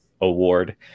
award